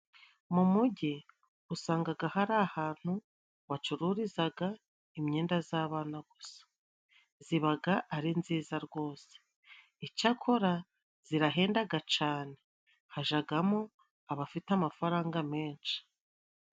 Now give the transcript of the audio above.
Mu mujyi usangaga hari ahantu wacururizaga imyenda z'abana gusa zibaga ari nziza rwose icakora zirahendaga cane hajagamo abafite amafaranga menshi.